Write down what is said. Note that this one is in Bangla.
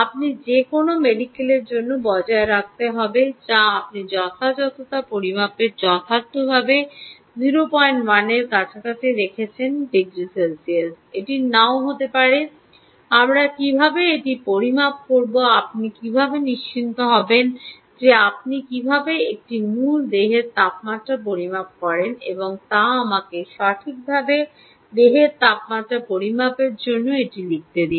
আপনি যে কোনও মেডিকেলের জন্য বজায় রাখতে হবে যা আপনি যথাযথতা পরিমাপের যথার্থতা 01 এর কাছাকাছি রেখেছেন ডিগ্রী সেলসিয়াস এটি নাও হতে পারে আমরা কীভাবে এটি পরিমাপ করব আপনি কীভাবে নিশ্চিত হন যে আপনি কীভাবে একটি মূল দেহের তাপমাত্রা পরিমাপ করেন তা আমাকে সঠিকভাবে দেহের তাপমাত্রা পরিমাপের জন্য এটি লিখতে দিন